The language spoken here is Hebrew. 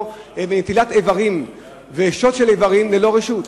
נטילת איברים ושוד של איברים ללא רשות.